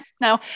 no